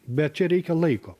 bet čia reikia laiko